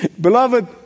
Beloved